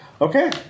Okay